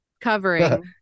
covering